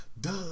Duh